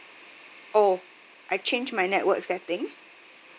oh I change my network setting